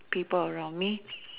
people around me